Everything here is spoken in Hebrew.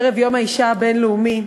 ערב יום האישה הבין-לאומי.